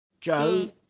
Joe